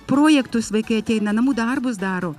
projektus vaikai ateina namų darbus daro